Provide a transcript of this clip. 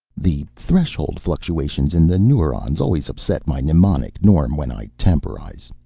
the threshold fluctuations in the neurons always upset my mnemonic norm when i temporalize.